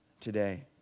today